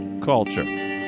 Culture